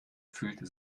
fühlte